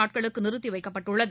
நாட்களுக்கு நிறுத்தி வைக்கப்பட்டுள்ளது